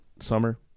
summer